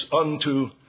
unto